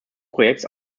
projekts